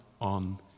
on